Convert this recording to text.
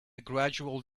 gradual